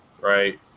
right